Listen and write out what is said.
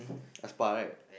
a spa right